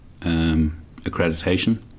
accreditation